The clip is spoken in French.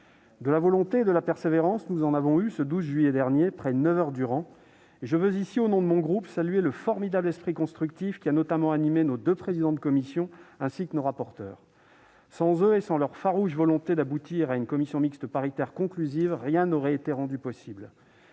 De la volonté et de la persévérance, nous en avons eu, le 12 juillet dernier, près de neuf heures durant. Je veux ici, au nom de mon groupe, saluer le formidable esprit constructif qui a notamment animé nos deux présidents de commission, ainsi que nos rapporteurs. Sans eux et sans leur farouche volonté d'aboutir à une commission mixte paritaire conclusive, rien n'aurait été rendu possible.